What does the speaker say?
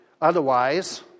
Otherwise